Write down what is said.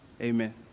amen